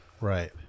Right